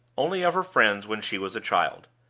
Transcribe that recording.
only of her friends when she was a child.